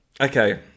Okay